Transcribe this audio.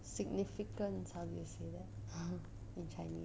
significant 的差别是 what in chinese